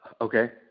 Okay